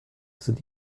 sind